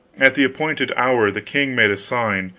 at the appointed hour the king made a sign,